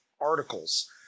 articles